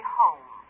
home